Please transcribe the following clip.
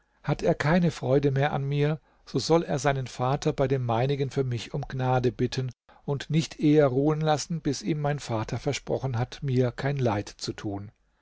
hat er keine freude mehr an mir so soll er seinen vater bei dem meinigen für mich um gnade bitten und nicht eher ruhen lassen bis ihm mein vater versprochen hat mir kein leid zu tun